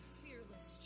fearless